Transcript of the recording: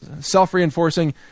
self-reinforcing